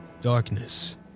darkness